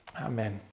amen